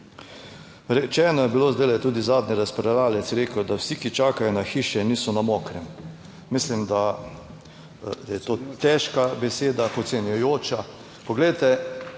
Rečeno je bilo, zdaj tudi zadnji razpravljavec je rekel, da vsi, ki čakajo na hiše niso na mokrem. Mislim, da je to težka beseda, podcenjujoča. Poglejte,